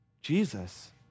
Jesus